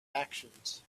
actions